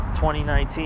2019